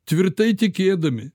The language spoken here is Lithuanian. tvirtai tikėdami